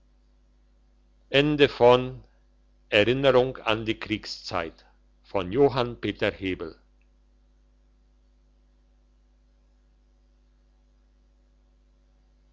erinnerung an die kriegszeit